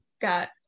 got